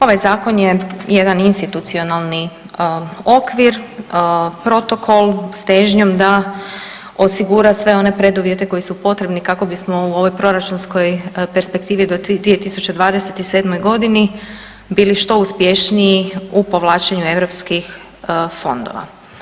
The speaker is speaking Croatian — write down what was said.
Ovaj zakon je jedan institucionalni okvir, protokol s težnjom da osigura sve one preduvjete koji su potrebni kako bismo u ovoj proračunskoj perspektivi do 2027.g. bili što uspješniji u povlačenju europskih fondova.